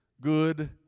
good